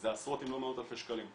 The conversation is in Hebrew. זה עשרות אם לא מאות אלפי שקלים,